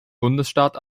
bundesstaat